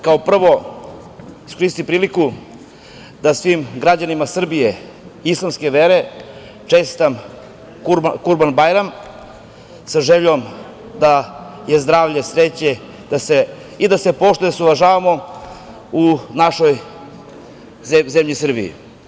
Kao prvo, ja ću iskoristiti priliku da svim građanima Srbije islamske vere čestitam Kurban-bajram sa željom da je zdravlje, sreće i da se poštujemo i da se uvažavamo u našoj zemlji Srbiji.